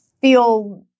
feel